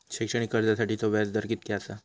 शैक्षणिक कर्जासाठीचो व्याज दर कितक्या आसा?